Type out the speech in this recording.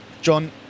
John